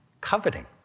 coveting